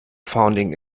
founding